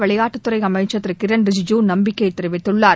விளையாட்டுத்துறை அமைச்சர் திரு கிரண் ரிஜிஜூ நம்பிக்கை தெரிவித்துள்ளார்